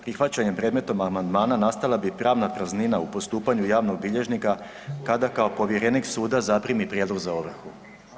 Prihvaćanjem predmetnog amandmana nastala bi pravna praznina u postupanju javnog bilježnika kada kao povjerenika suda zaprimi prijedlog za ovrhu.